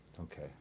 Okay